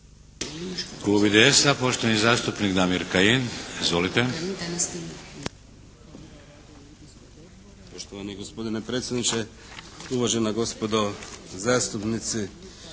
Klub IDS-a poštovani zastupnik Damir Kajin. Izvolite.